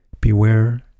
Beware